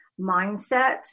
mindset